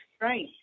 right